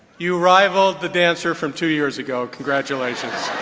you rivaled the dancer from two years ago congratulations.